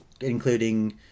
including